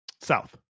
South